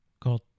called